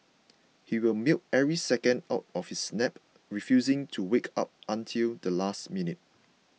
he will milk every second out of his nap refusing to wake up until the last minute